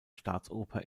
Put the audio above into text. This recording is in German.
staatsoper